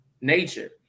nature